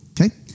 okay